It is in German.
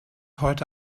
heute